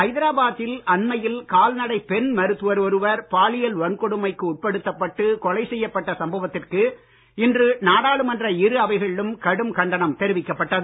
ஹைதராபா தில் அண்மையில் கால்நடை பெண் மருத்துவர் ஒருவர் பாலியல் வன்கொடுமைக்கு உட்படுத்தப் பட்டு கொலை செய்யப்பட்ட சம்பவத்திற்கு இன்று நாடாளுமன்ற இரு அவைகளிலும் கடும் கண்டனம் தெரிவிக்கப் பட்டது